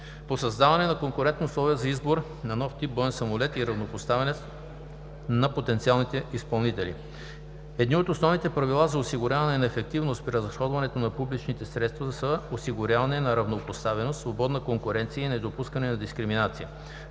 По създаване на конкурентни условия за избор на нов тип боен самолет и равнопоставеност на потенциалните изпълнители Едни от основните правила за осигуряване на ефективност при разходването на публичните средства са осигуряване на равнопоставеност, свободна конкуренция и недопускане на дискриминация.